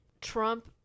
Trump